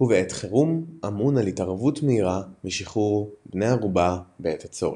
ובעת חירום אמון על התערבות מהירה ושחרור בני ערובה בעת הצורך.